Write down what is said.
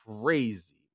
crazy